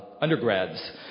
undergrads